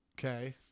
Okay